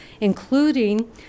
including